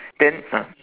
then ah